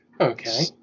Okay